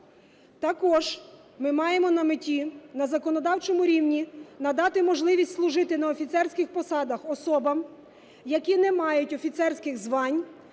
Також ми маємо на меті на законодавчому рівні надати можливість служити на офіцерських посадах особам, які не мають офіцерських звань,